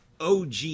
OG